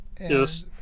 Yes